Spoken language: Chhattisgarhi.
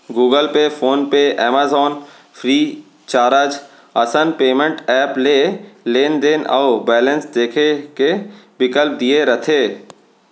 Google Pay, PhonePe, Amazon, FreeCharge असन पेंमेंट ऐप ले लेनदेन अउ बेलेंस देखे के बिकल्प दिये रथे